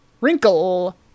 wrinkle